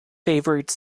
favorite